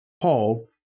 Paul